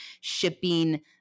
shipping –